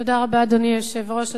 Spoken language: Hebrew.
תודה רבה, אדוני היושב-ראש.